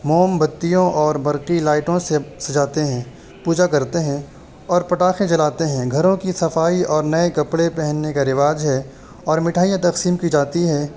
موم بتیوں اور برقی لائٹوں سے سجاتے ہیں پوجا کرتے ہیں اور پٹاخے جلاتے ہیں گھروں کی صفائی اور نئے کپڑے پہننے کا رواج ہے اور مٹھائیاں تقسیم کی جاتی ہیں